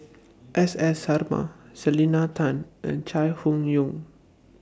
S S Sarma Selena Tan and Chai Hon Yoong